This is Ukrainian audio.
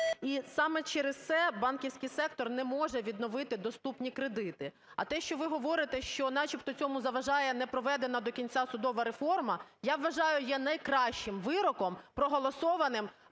І саме через це банківський сектор не може відновити доступні кредити. А те, що ви говорите, що начебто цьому заважає непроведена до кінця судова реформа, я вважаю є найкращим вироком проголосованим